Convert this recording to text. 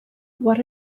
what